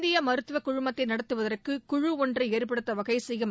இந்திய மருத்துவ குழுமத்தை நடத்துவதற்கு குழு ஒன்றை ஏற்படுத்த வகை செய்யும்